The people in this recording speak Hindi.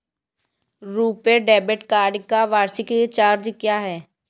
रुपे डेबिट कार्ड का वार्षिक चार्ज क्या है?